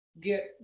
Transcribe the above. get